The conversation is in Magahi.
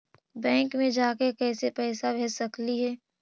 बैंक मे जाके कैसे पैसा भेज सकली हे?